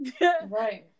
Right